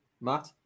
Matt